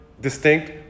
distinct